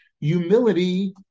Humility